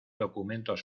documentos